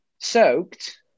soaked